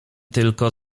tylko